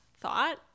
thought